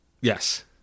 Yes